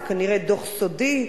זה כנראה דוח סודי,